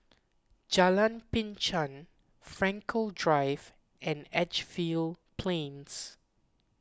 Jalan Binchang Frankel Drive and Edgefield Plains